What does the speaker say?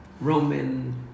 Roman